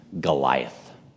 Goliath